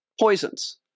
poisons